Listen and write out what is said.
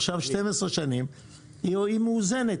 עכשיו 12 שנים היא מאוזנת,